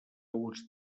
uns